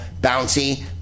bouncy